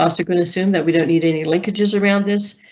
also, going to assume that we don't need any linkages around this,